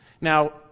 Now